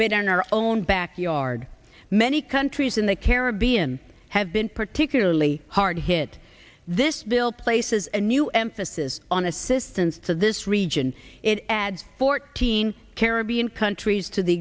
but in our own backyard many countries in the caribbean have been particularly hard hit this bill places a new emphasis on assistance to this region it adds fourteen caribbean countries to the